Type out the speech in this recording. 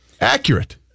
accurate